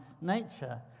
nature